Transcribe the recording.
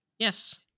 Yes